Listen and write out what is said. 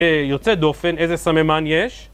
יוצא דופן, איזה סממן יש